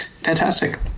Fantastic